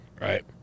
right